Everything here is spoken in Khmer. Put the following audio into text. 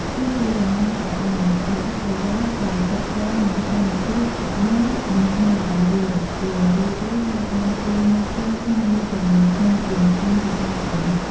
ទោះជាយ៉ាងណាក៏ដោយ អត្ថប្រយោជន៍ដែលទាក់ទងនឹងសមភាព វិន័យ និងស្មារតីរួម ជារឿយៗត្រូវបានគេមើលឃើញថាមានទម្ងន់ធ្ងន់ជាងគុណវិបត្តិទាំងនេះ។